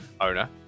owner